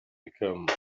become